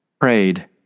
prayed